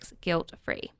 guilt-free